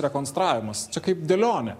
rekonstravimas čia kaip dėlionė